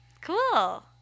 cool